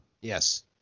Yes